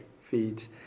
feeds